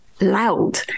loud